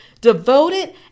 devoted